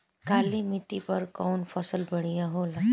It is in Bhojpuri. काली माटी पर कउन फसल बढ़िया होला?